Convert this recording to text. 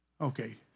Okay